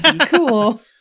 cool